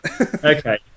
Okay